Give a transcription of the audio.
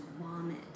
vomit